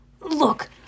Look